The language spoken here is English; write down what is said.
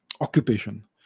occupation